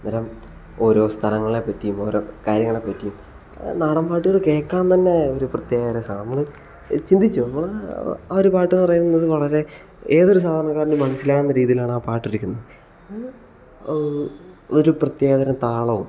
അന്നേരം ഓരോ സ്ഥലങ്ങളെ പറ്റിയും ഓരോ കാര്യങ്ങളെ പറ്റിയും നാടൻ പാട്ടുകൾ കേൾക്കാൻ തന്നെ ഒരു പ്രത്യേക രസമാണ് നമ്മൾ ചിന്തിച്ച് പോകും ആ ഒരു പാട്ട് എന്ന് പറയുന്നത് വളരെ ഏതൊരു സാധാരണക്കാരനും മനസിലാകുന്ന രീതിയിലാണ് ആ പാട്ടിരിക്കുന്നത് ഒരു പ്രത്യേക തരം താളവും